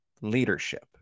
Leadership